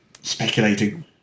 speculating